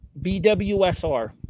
BWSR